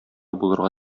булырга